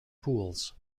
pools